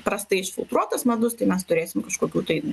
prastai išfiltruotas medus tai mes turėsim kažkokių tai